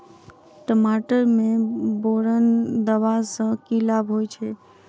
टमाटर मे बोरन देबा सँ की लाभ होइ छैय?